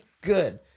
good